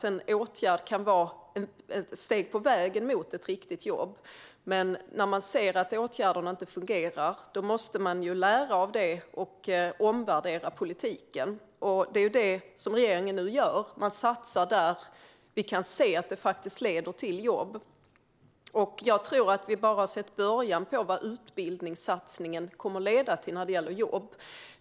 En åtgärd kan vara ett steg på vägen mot ett riktigt jobb, men när man ser att åtgärden inte fungerar måste man lära av det och omvärdera politiken. Det är detta regeringen gör; man satsar där man ser att det faktiskt leder till jobb. Jag tror att vi bara har sett början på vad utbildningssatsningen kommer att leda till när det gäller jobb.